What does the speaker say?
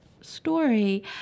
story